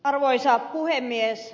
arvoisa puhemies